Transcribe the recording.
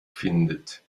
findet